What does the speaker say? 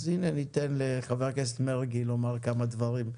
אז ניתן לחבר הכנסת מרגי לומר כמה דברים.